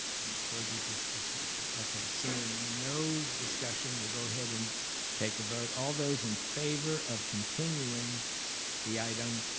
any further discussion? okay, so no discussion, we'll go ahead and take a vote. all those in favor of continuing the item,